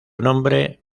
nombre